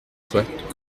soient